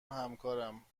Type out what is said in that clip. همکارم